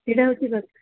ସେଇଟା ହେଉଛି କଥା